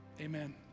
amen